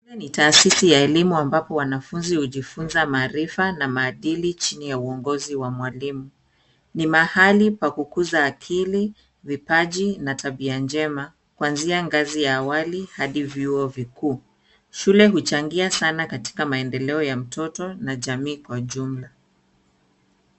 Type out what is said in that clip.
Hii ni taasisi ya elimu ambapo wanafunzi hujifunza maarifa na maadili chini ya uongozi wa mwalimu. Ni mahali pa kukuza akili, vipaji na tabia njema kuanzia ngazi ya awali hadi vyuo vikuu. Shule huchangia sana katika maendeleo ya mtoto na jamii kwa jumla.